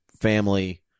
family